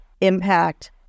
impact